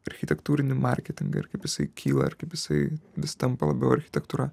architektūrinį marketingą ir kaip jisai kyla ir kaip jisai vis tampa labiau architektūra